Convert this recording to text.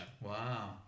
Wow